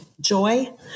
joy